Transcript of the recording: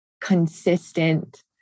consistent